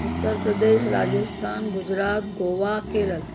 Uttar Pradesh Rajasthan Gujarat Goa Kerala